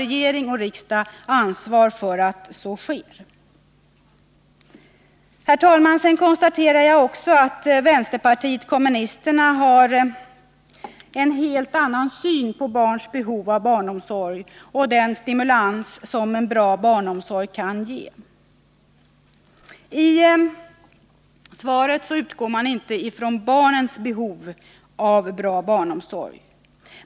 Regering och riksdag har ansvaret för att så sker. Herr talman! Jag konstaterar vidare att vänsterpartiet kommunisterna har en helt annan syn på barns behov av barnomsorg och den stimulans som en bra barnomsorg kan ge. I svaret utgår man inte från barnens behov av bra barnomsorg.